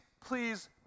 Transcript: please